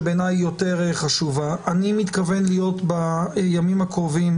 שבעיני היא יותר חשובה: אני מתכוון להיות בימים הקרובים